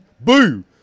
boo